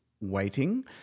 waiting